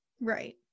Right